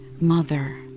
mother